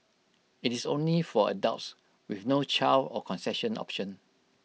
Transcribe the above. IT is only for adults with no child or concession option